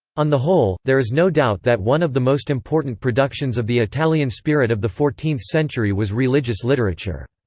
on the whole, there is no doubt that one of the most important productions of the italian spirit of the fourteenth century was religious literature.